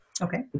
Okay